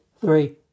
three